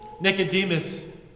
Nicodemus